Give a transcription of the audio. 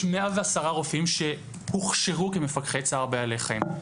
יש 110 רופאים שהוכשרו כמפקחי צער בעלי חיים,